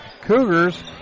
Cougars